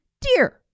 Dear